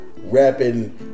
rapping